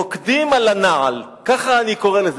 רוקדים על הנעל, ככה אני קורא לזה.